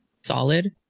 solid